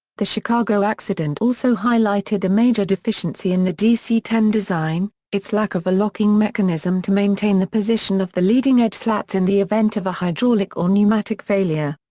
the chicago accident also highlighted a major deficiency in the dc ten design its lack of a locking mechanism to maintain the position of the leading-edge slats in the event of a hydraulic or pneumatic failure.